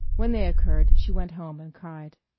when they occurred she went home and cried.